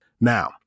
Now